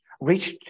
reached